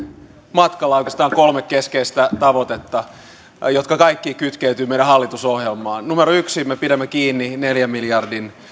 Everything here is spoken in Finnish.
matkalla oikeastaan kolme keskeistä tavoitetta jotka kaikki kytkeytyvät meidän hallitusohjelmaamme yksi me pidämme kiinni neljän miljardin